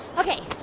ok.